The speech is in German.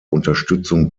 unterstützung